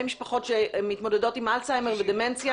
משפחות שמתמודדות עם אלצהיימר ודמנציה,